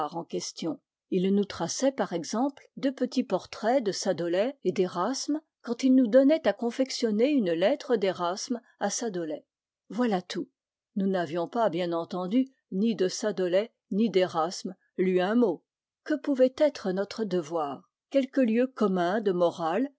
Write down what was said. en question il nous traçait par exemple deux petits portraits de sadolet et d'érasme quand il nous donnait à confectionner une lettre d'érasme à sadolet voilà tout nous n'avions pas bien entendu ni de sadolet ni d'érasme lu un mot que pouvait être notre devoir quelques lieux communs de morale